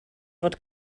fod